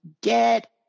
get